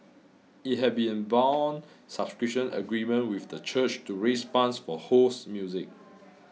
it had be a bond subscription agreement with the church to raise funds for Ho's music